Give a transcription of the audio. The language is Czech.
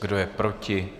Kdo je proti?